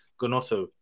Gonotto